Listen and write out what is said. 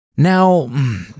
Now